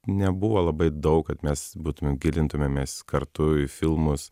nebuvo labai daug kad mes būtume gilintumėmės kartu į filmus